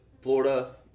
Florida